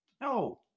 No